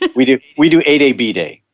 ah we do we do a day, b day.